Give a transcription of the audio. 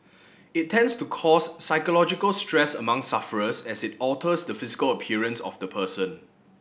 it tends to cause psychological stress among sufferers as it alters the physical appearance of the person